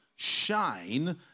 Shine